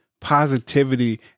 positivity